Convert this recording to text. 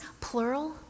plural